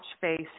face